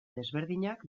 desberdinak